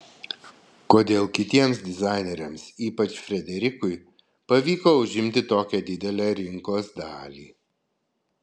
kodėl kitiems dizaineriams ypač frederikui pavyko užimti tokią didelę rinkos dalį